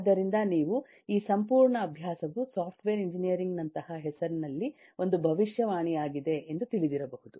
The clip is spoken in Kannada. ಆದ್ದರಿಂದ ನೀವು ಈ ಸಂಪೂರ್ಣ ಅಭ್ಯಾಸವು ಸಾಫ್ಟ್ವೇರ್ ಎಂಜಿನಿಯರಿಂಗ್ ನಂತಹ ಹೆಸರಿನಲ್ಲಿ ಒಂದು ಭವಿಷ್ಯವಾಣಿಯಾಗಿದೆ ಎಂದು ತಿಳಿದಿರಬಹುದು